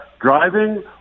driving